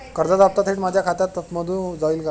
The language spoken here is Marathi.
कर्जाचा हप्ता थेट माझ्या खात्यामधून जाईल का?